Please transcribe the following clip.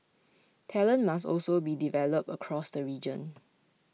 talent must also be developed across the region